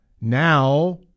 Now